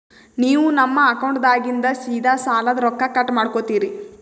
ನೀವು ನಮ್ಮ ಅಕೌಂಟದಾಗಿಂದ ಸೀದಾ ಸಾಲದ ರೊಕ್ಕ ಕಟ್ ಮಾಡ್ಕೋತೀರಿ?